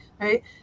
right